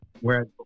Whereas